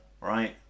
right